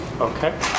Okay